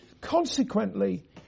consequently